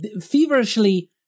feverishly